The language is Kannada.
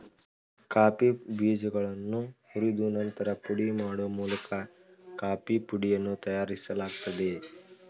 ಕಾಫಿ ಬೀಜಗಳನ್ನು ಹುರಿದು ನಂತರ ಪುಡಿ ಮಾಡೋ ಮೂಲಕ ಕಾಫೀ ಪುಡಿಯನ್ನು ತಯಾರಿಸಲಾಗ್ತದೆ